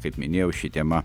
kaip minėjau ši tema